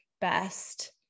best